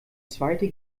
zweite